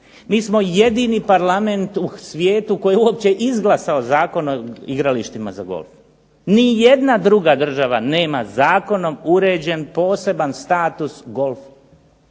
Mi smo jedini Parlament u svijetu koji je uopće izglasao Zakon o igralištima za golf. Ni jedna druga država nema zakonom uređen poseban status golf